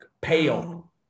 pale